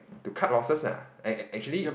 to cut losses lah I I actually